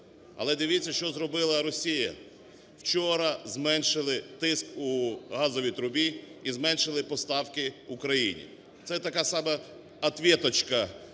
Але дивіться, що зробила Росія? Вчора зменшили тиск у газовій трубі і зменшили поставки Україні. Це така самаответочка